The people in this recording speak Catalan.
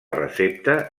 recepta